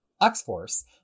x-force